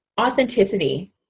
authenticity